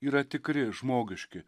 yra tikri žmogiški